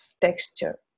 texture